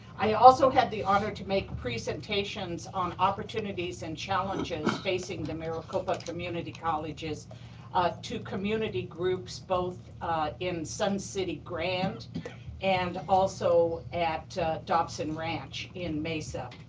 i also had the honor to make presentations on opportunities and challenges facing the maricopa community colleges to community groups both in sun city grand and also at dobson ranch in mesa.